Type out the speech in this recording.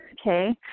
Okay